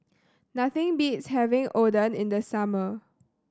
nothing beats having Oden in the summer